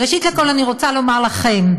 ראשית לכול אני רוצה לומר לכם,